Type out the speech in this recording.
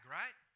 right